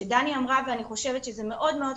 שדני אמרה ואני חושבת שזה מאוד חשוב.